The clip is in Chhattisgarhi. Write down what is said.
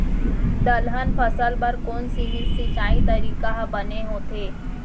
दलहन फसल बर कोन सीमित सिंचाई तरीका ह बने होथे?